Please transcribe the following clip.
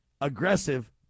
aggressive